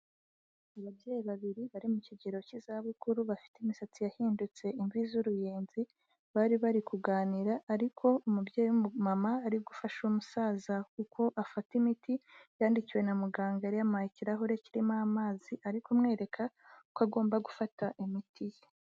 Ababyeyi babiri bari mu kigero cy'izabukuru, bafite imisatsi yahindutse imvi z'uruyenzi, bari bari kuganira ariko umubyeyi w'umumama ari gufasha umusaza kuko afata imiti yandikiwe na muganga, yari yamuhaye ikirahure kirimo amazi ari kumwereka ko agomba gufata imiti ye.